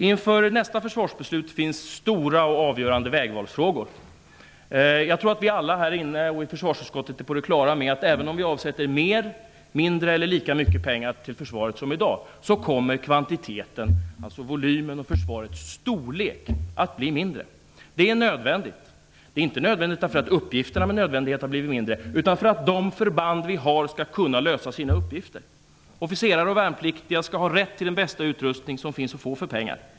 Inför nästa försvarsbeslut finns stora och avgörande vägvalsfrågor. Jag tror att vi alla här i kammaren och i försvarsutskottet är på det klara med att oavsett om vi avsätter mer, mindre eller lika mycket pengar till försvaret som i dag så kommer kvantiteten, volymen av försvarets storlek, att bli mindre. Det är nödvändigt, inte därför att uppgifterna har blivit mindre utan därför att de förband vi har skall kunna lösa sina uppgifter. Officerare och värnpliktiga skall ha rätt till den bästa utrustning som finns att få för pengar.